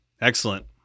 Excellent